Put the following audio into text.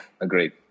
Agreed